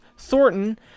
Thornton